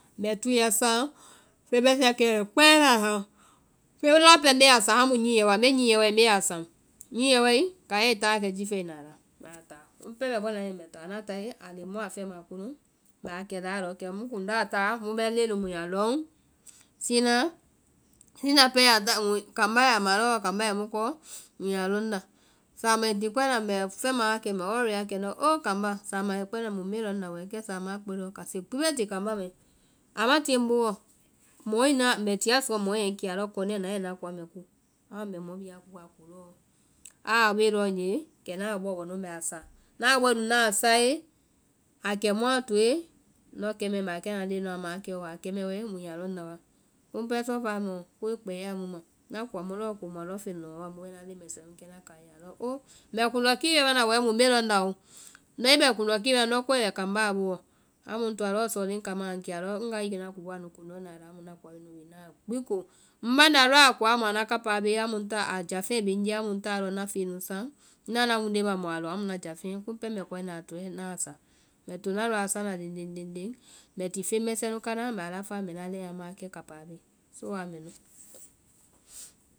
Mbɛ túuɛ saŋ, feŋ mɛsɛ kɛɛ nu kpɛɛ mbɛ a saŋ, feŋmu lɔɔ pɛɛ mbe a saŋ a mu nyiɛ wa, nyiɛɛ wae mbe a saŋ, nyiɛ wae kaiɛ i táa wa kɛ jifɛ ai na la mbɛ a taa. kumu pɛɛ mbɛ bɔna hɛɛ mbɛ táa ŋna táe, a léŋ mu aa fɛma kunu, mbɛ kɛ laalɔ kɛmu mu ŋ kuŋ lɔɔ a taa kɛmu mu bɛ leŋɛ nu mu yaa lɔŋ, sina, sina pɛɛ ya- kambá ya ma lɔɔ kambá i mu kɔɔ mu ya lɔŋ nda. Sama i ti kpɛna mbɛ fɛma wa kɛ mbɛ hɔrray wa kɛ ŋ oo kambá sama bɛ kpɛna mu mbe wa lɔŋnda wɛɛ? Kɛ sáama a kpɛe lɔɔ kase gbi be ti kambá mai, a ma tie ŋ booɔ, mɔ i na- mbɛ tia suɔ mɔ ye ŋ kee, a lɔ kɔnɛɛ na i na koa mɛ ko, amu mbɛ koa bhii ko lɔɔ. Aa bee lɔɔ ŋye, kɛ ŋna a bɔɔ bɔ nu mbɛ a sa.ŋna bɔe nu a sae, a kɛ mu a toe, ŋndɔ kɛ mɛɛ mbɛ a kɛna ŋna leŋɛ nuã maãkɛ wa. a kɛmɛ mu ya lɔŋ na wa. Kumu pɛɛ sɔɔfɛ mɛɔ koa kpɛ yaa mu ma, ŋna koa mu lɔɔ ko muã lɔŋfeŋ lɔŋ a waɔ mu bɛ leŋ mɛsɛɛ nu abɛ ŋna kaiɛ, a lɔ oo! Mbɛ kundɔkii mana wɛɛ muĩ mbe lɔŋnda oo, ŋndɔ i bɛ kundɔkii mana ŋndɔ koe bɛ kambá wa boo. Amu ŋ toa lɔɔ suɔ leŋ kaimaã a ŋ kee, alɔ ŋ woa i ye na kowa nu ko, amu ŋna koa mɛnu bi ŋna a gbi ko, ŋbaŋ nda lɔɔ a koa amu a na kapáa bee, amu ŋ táa, a jáfeŋ bee ŋ nye amu ŋ táa ŋna táa lɔɔ ŋna feŋɛ nu saŋ, ŋna ŋna wunde ma amu muã lɔŋ, amu ŋna jáfeŋɛ kumu pɛɛ mbɛ koae na a tɔɛ ŋna a sá. Mbɛ tonaã lɔɔ a sána léŋ léŋ léŋ, léŋ mbɛ ti feŋmɛsɛ nu kána mbɛ a lafaa mbɛ ŋna leŋɛ a maãkɛ kápaa bee, so aa mɛ nuu.